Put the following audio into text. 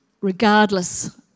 regardless